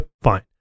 Fine